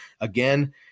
again